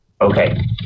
Okay